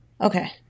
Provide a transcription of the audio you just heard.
Okay